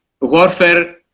warfare